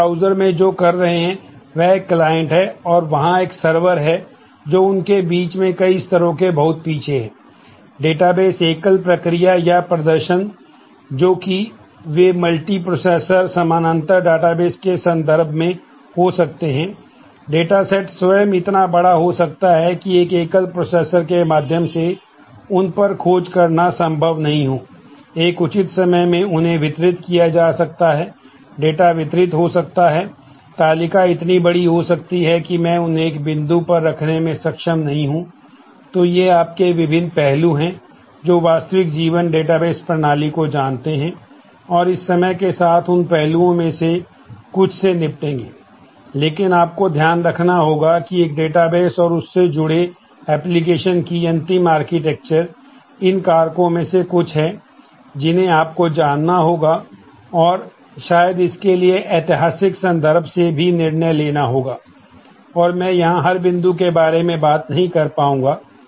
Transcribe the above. आप ब्राउज़र इन कारकों में से कुछ हैं जिन्हें आपको जानना होगा और शायद इसके लिए ऐतिहासिक संदर्भ से भी निर्णय लेना होगा और मैं यहाँ हर बिंदु के बारे में बात नहीं कर पाऊंगा